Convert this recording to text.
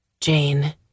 Jane